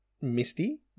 Misty